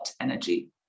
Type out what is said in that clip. energy